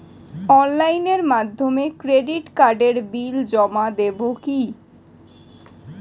অনলাইনের মাধ্যমে ক্রেডিট কার্ডের বিল জমা দেবো কি?